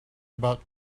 about